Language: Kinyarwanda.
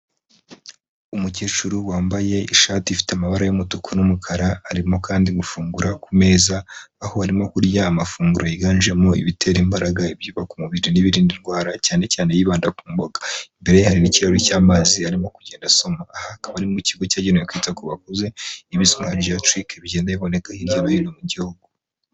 Umukecuru wambaye ishati ifite amabara y'umutuku, n'umukara arimo kandi gufungura ku meza, aho arimo kurya amafunguro yiganjemo ibitera imbaraga, ibyubaka umubiri, n'ibirinda indwara cyane cyane yibanda ku mboga imbere ye hari n'ikirahuri cy'amazi arimo kugenda asoma. Aha akaba ari mu ikigo cyagenewe kwita ku bakuze ibi segeri bigenda biboneka hirya no hino mu gihugu.